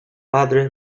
padre